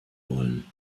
wollen